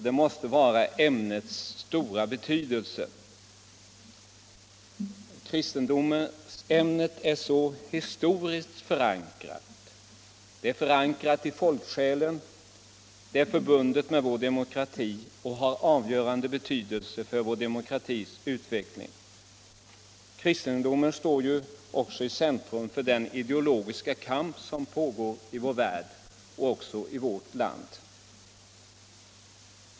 Det måste bero på ämnets stora betydelse. Kristendoms Nr 19 ämnet är historiskt förankrat, det är förankrat i folksjälen, det är förbundet med vår demokrati och har avgörande betydelse för vår demokratis utveckling. Kristendomen står ju också i centrum för den ideologiska kamp som pågår i världen och också i vårt land.